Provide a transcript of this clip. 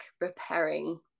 repairing